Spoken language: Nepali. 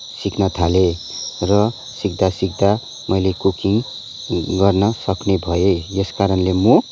सिक्न थालेँ र सिक्दा सिक्दा मैले कुकिङ गर्न सक्ने भएँ यस कारणले म